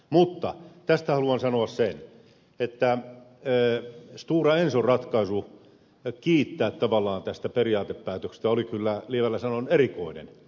mutta tästä haluan sanoa sen että stora enson ratkaisu kiittää tästä periaatepäätöksestä oli kyllä lievästi sanoen erikoinen